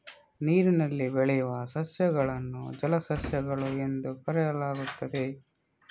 ನೀರಿನಲ್ಲಿ ಬೆಳೆಯುವ ಸಸ್ಯಗಳನ್ನು ಜಲಸಸ್ಯಗಳು ಎಂದು ಕರೆಯಲಾಗುತ್ತದೆ